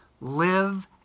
live